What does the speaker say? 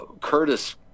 Curtis